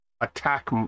attack